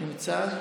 נמצא.